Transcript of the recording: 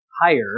higher